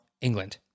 England